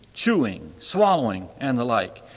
chewing, swallowing, and the like.